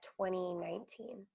2019